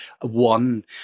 one